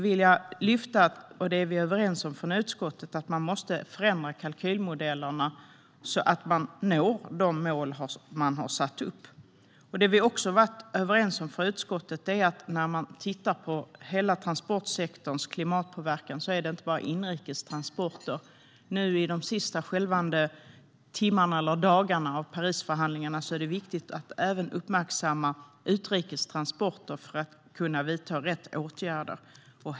Vi är överens i utskottet om att man måste förändra kalkylmodellerna, så att man når de mål man har satt upp. Det vi också har varit överens om i utskottet är att man ska titta på hela transportsektorns klimatpåverkan och inte bara på inrikestransporterna. Nu under de sista skälvande dagarna av Parisförhandlingarna är det viktigt att även uppmärksamma utrikestransporterna för att kunna vidta rätt åtgärder.